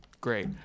great